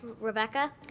Rebecca